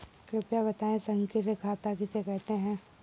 कृपया बताएँ सक्रिय खाता किसे कहते हैं?